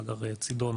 מאגר צידון